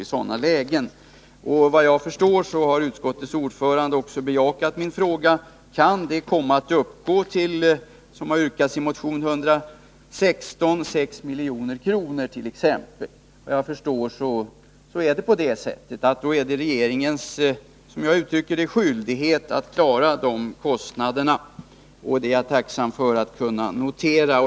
Jag tolkar det så att utskottets ordförande därmed har bejakat min fråga om huruvida man skulle täcka ett underskott som kunde komma att uppgå till exempelvis det belopp som har yrkats i motion 116, dvs. 6 milj.kr. Då är det regeringens — som jag uttrycker det — skyldighet att klara de kostnaderna, och det är jag tacksam för att kunna notera.